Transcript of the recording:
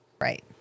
Right